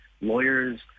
lawyers